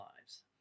lives